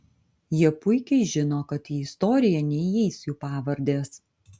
jie puikiai žino kad į istoriją neįeis jų pavardės